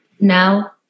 now